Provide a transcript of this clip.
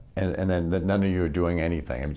and then that none of you are doing anything. but